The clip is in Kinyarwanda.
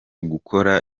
gukora